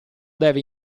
deve